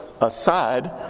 aside